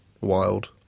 wild